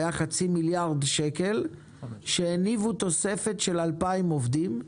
היה חצי מיליארד שקלים שהניבו תוספת של 2,000 עובדים.